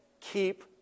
keep